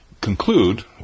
conclude